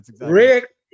Rick